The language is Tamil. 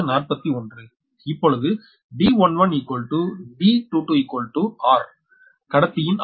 இப்பொழுது d11 d22 r கடத்தியின் ஆரம்